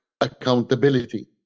accountability